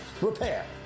repair